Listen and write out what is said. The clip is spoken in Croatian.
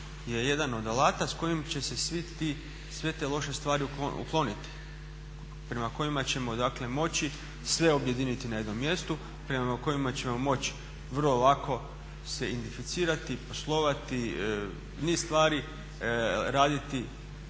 je jedan od alata s kojim će se svi ti, sve te loše stvari ukloniti, prema kojima ćemo dakle moći sve objediniti na jednom mjestu, prema kojima ćemo moći vrlo lako se identificirati, poslovati, niz stvari raditi